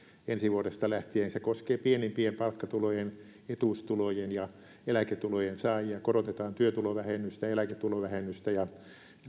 ensi vuodesta lähtien se koskee pienimpien palkkatulojen etuustulojen ja eläketulojen saajia korotetaan työtulovähennystä eläketulovähennystä ja